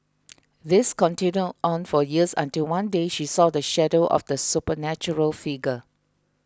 this continued on for years until one day she saw the shadow of the supernatural figure